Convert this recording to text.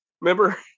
Remember